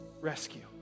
rescue